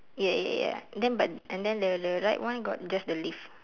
ya ya ya and then but and then the the right one got just the leaf